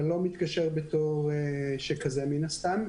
אבל לא מתקשר שכזה מן הסתם,